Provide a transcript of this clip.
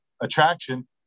attraction